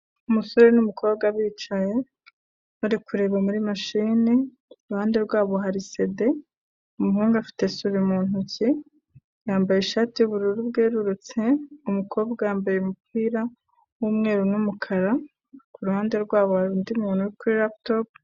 Umusore n'umukobwa bicaye bari kureba muri mashine, iruhande rwabo hari sede, umuhungu afite suri mu ntoki, yambaye ishati y'ubururu bwerurutse, umukobwa yambaye umupira w'umweru n'umukara, ku ruhande rwabo hari undi muntu uri kuri laputopu.